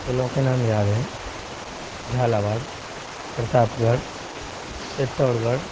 जिलो के नाम याद हैं झालावाड़ प्रतापगढ़ चित्तौड़गढ़